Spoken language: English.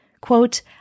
Quote